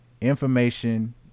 information